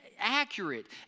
accurate